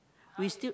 we still